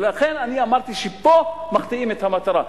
לכן אני אמרתי שפה מחטיאים את המטרה.